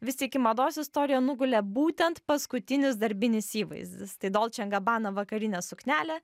vis tik į mados istoriją nugulė būtent paskutinis darbinis įvaizdis tai dolce and gabbana vakarinė suknelė